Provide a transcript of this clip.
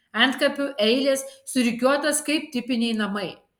antkapių eilės surikiuotos kaip tipiniai namai